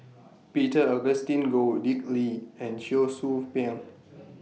Peter Augustine Goh Dick Lee and Cheong Soo Pieng